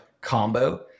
combo